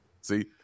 See